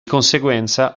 conseguenza